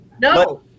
no